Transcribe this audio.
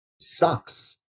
sucks